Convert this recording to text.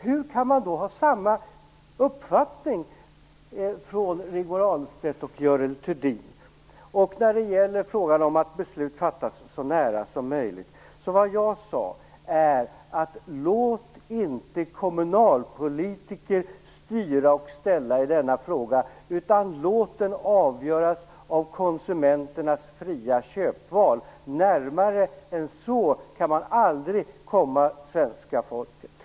Hur kan då Rigmor Ahlstedt och Görel Thurdin ha samma uppfattning? När det gäller detta med att beslut skall fattas så nära som möjligt sade jag så här: Låt inte kommunalpolitiker styra och ställa i denna fråga, utan låt den avgöras av konsumenternas fria köpval! Närmare än så kan man aldrig komma svenska folket.